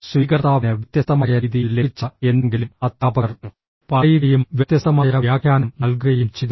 സ്വീകർത്താവിന് വ്യത്യസ്തമായ രീതിയിൽ ലഭിച്ച എന്തെങ്കിലും അധ്യാപകർ പറയുകയും വ്യത്യസ്തമായ വ്യാഖ്യാനം നൽകുകയും ചെയ്തു